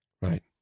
Right